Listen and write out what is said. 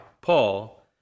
Paul